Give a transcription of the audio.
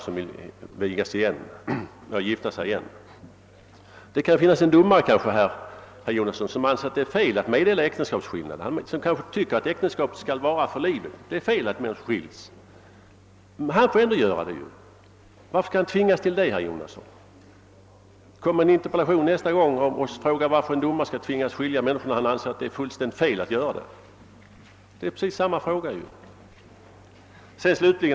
Men en domare som tycker att det är fel att meddela äktenskapsskillnad, som tycker att det är fel att människor skiljs, som tycker att äktenskapet skall vara för livet, han får ändå lov att göra det. Varför skall han tvingas till det, herr Jonasson? Väcker Ni nästa gång en interpellation och frågar varför en domare skall tvingas skilja människor trots att han anser att det är fullständigt fel att göra det? — Det är ju precis samma sak.